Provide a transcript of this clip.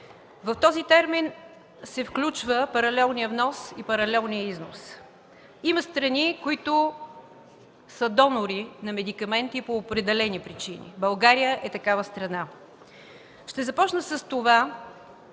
В този термин се включва паралелният внос и паралелният износ. Има страни, които са донори на медикаменти по определени причини. България е такава страна. Ще започна с това,